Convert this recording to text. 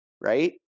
right